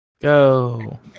Go